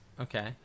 Okay